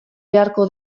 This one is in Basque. beharko